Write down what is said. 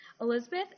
Elizabeth